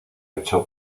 echó